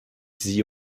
sie